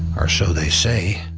or so they say